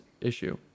issue